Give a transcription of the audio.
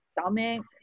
stomach